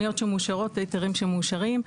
שמאושרות, והיתרים שמאושרים,